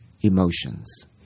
emotions